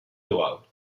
dual